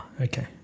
okay